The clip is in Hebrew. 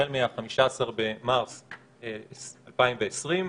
החל מה-15 במרץ 2020,